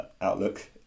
outlook